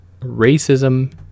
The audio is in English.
racism